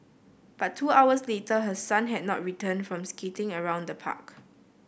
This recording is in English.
but two hours later her son had not returned from skating around the park